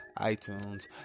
itunes